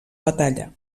batalla